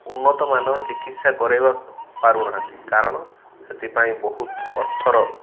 ଉନ୍ନତ ମାନର ଚିକିତ୍ସା କରେଇବାକୁ ପାରୁନାହାଁନ୍ତି କାରଣ ସେଥିପାଇଁ ବହୁତ ଅର୍ଥର